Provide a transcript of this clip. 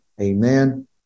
Amen